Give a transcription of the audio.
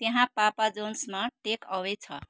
त्यहाँ पापा जोन्समा टेक अवे छ